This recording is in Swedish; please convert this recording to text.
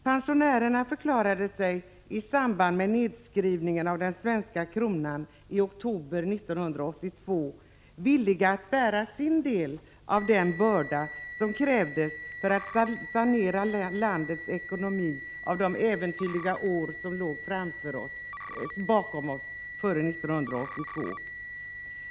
Pensionärerna förklarade sig i samband med nedskrivningen av den svenska kronan i oktober 1982 villiga att bära sin del av den börda som krävdes för att sanera landets ekonomi efter de äventyrliga år som låg bakom oss 1982.